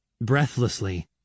breathlessly